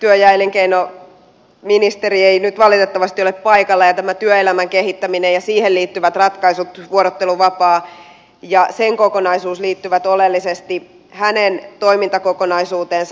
työ ja elinkeinoministeri ei nyt valitettavasti ole paikalla ja tämä työelämän kehittäminen ja siihen liittyvät ratkaisut vuorotteluvapaa ja sen kokonaisuus liittyvät oleellisesti hänen toimintakokonaisuuteensa